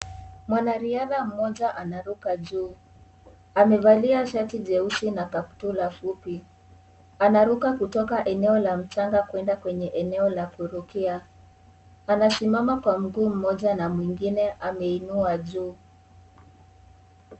Mwanariadha mmoja anaruka juu. Amevalia shati jeusi na kaptula fupi. Anaruka kutoka eneo la mchanga kwenda kwenye eneo la kurukia. Anasimama kwa mguu mmoja na mwingine ameinua juu.